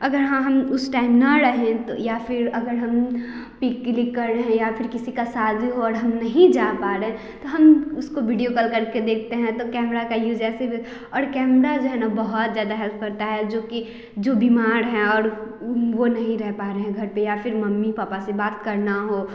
अगर हाँ हम उस टाइम ना रहे तो या फिर अगर हम पिक क्लिक कर रहें हैं या फिर किसी का शादी और हम नहीं जा पा रहे हैं तो हम उसको वीडियो कॉल करके देखते हैं तो कैमरा का यूज़ ऐसे में और कैमरा जो हैं ना बहुत ज़्यादा हेल्प करता है जो कि जो बीमार है और वे नहीं रह पा रहे हैं घर पर या फिर मम्मी पापा से बात करना हो